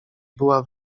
była